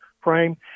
frame